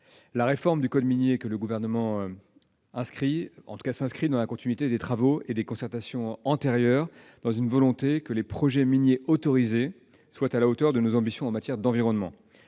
La réforme du code minier que le Gouvernement promeut s'inscrit dans la continuité des travaux et des concertations antérieurs, et dans une volonté que les projets miniers autorisés soient à la hauteur de nos ambitions en matière environnementale.